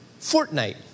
Fortnite